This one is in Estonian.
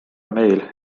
meil